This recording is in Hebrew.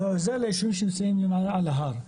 ועוזר ליישובים שנמצאים על ההר.